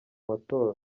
matora